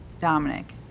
Dominic